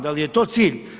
Da li je to cilj?